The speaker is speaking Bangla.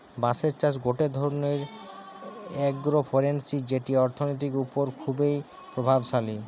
বাঁশের চাষ গটে ধরণের আগ্রোফরেষ্ট্রী যেটি অর্থনীতির ওপর খুবই প্রভাবশালী